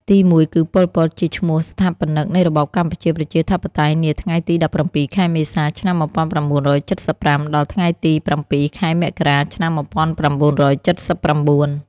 ទីមួយគឺប៉ុល ពត ជាឈ្មោះស្ថាបនិកនៃរបបកម្ពុជាប្រជាធិបតេយ្យនាថ្ងៃទី១៧ ខែមេសា ឆ្នាំ១៩៧៥ ដល់ថ្ងៃទី០៧ ខែមករា ឆ្នាំ១៩៧៩។